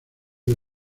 que